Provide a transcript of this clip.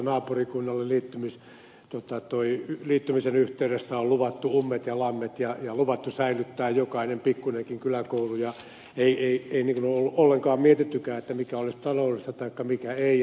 olen nähnyt malleja joissa naapurikunnalle liittymisen yhteydessä on luvattu ummet ja lammet ja luvattu säilyttää jokainen pikkunenkin kyläkoulu eikä ole ollenkaan mietittykään mikä olisi taloudellista taikka mikä ei